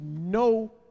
no